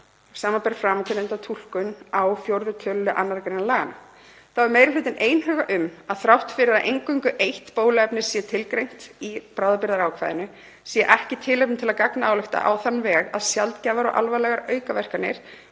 sbr. framangreinda túlkun á 4. tölulið 2. gr. laganna. Þá er meiri hlutinn einhuga um að þrátt fyrir að eingöngu eitt bóluefni sé tilgreint í bráðabirgðaákvæðinu sé ekki tilefni til að gagnálykta á þann veg að sjaldgæfar og alvarlegar aukaverkanir